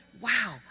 wow